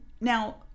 now